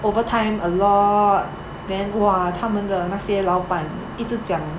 overtime a lot then !wah! 他们的那些老板一直讲